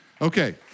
Okay